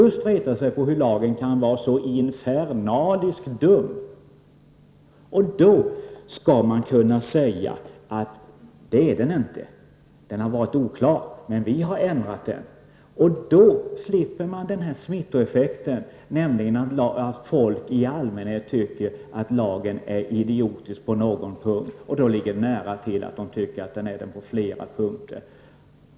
Människor retar sig på att lagen kan vara så infernaliskt dum. Men då skall man kunna säga att den inte längre är det. Man skall kunna säga: Lagen har varit oklar. Men vi har medverkat till en ändring. Därmed skulle vi slippa smittoeffekten — nämligen detta med att folk i allmänhet tycker att lagen är idiotisk på någon punkt och därför menar, eftersom det ligger nära till att tro det, att lagen är idiotisk på flera punkter.